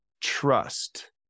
trust